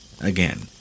Again